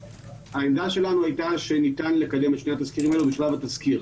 העמדה שלנו הייתה שניתן לקדם את שני התזכירים הללו משלב התזכיר.